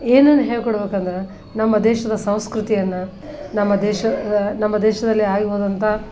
ಏನೇನು ಹೇಳ್ಕೊಡಬೇಕಂದ್ರ ನಮ್ಮ ದೇಶದ ಸಂಸ್ಕೃತಿಯನ್ನ ನಮ್ಮ ದೇಶದ ನಮ್ಮ ದೇಶದಲ್ಲಿ ಆಗಿ ಹೋದಂಥ